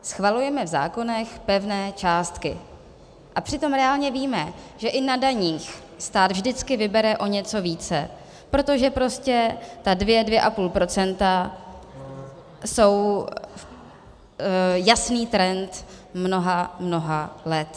Schvalujeme v zákonech pevné částky, a přitom reálně víme, že i na daních stát vždycky vybere o něco více, protože prostě ta dvě, dvě a půl procenta jsou jasný trend mnoha, mnoha let.